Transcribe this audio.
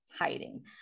hiding